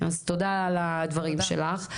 אז תודה על הדברים שלך.